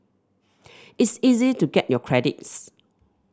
it's easy to get your credits